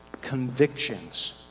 convictions